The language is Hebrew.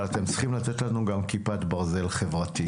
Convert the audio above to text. אבל אתם צריכים לתת לנו גם כיפת ברזל חברתית.